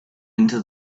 into